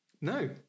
No